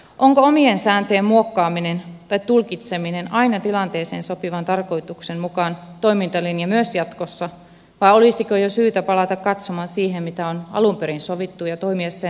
onko omien sääntöjen muokkaaminen tai tulkitseminen aina tilanteeseen sopivan tarkoituksen mukaan toimintalinja myös jatkossa vai olisiko jo syytä palata katsomaan mitä on alun perin sovittu ja toimia sen mukaan